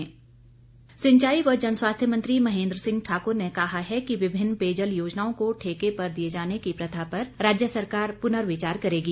प्रश्नकाल सिंचाई व जनस्वास्थ्य मंत्री महेन्द्र सिंह ठाकुर ने कहा है कि विभिन्न पेयजल योजनाओं को ठेके पर दिए जाने की प्रथा पर राज्य सरकार पुर्नविचार करेगी